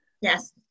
Yes